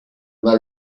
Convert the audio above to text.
let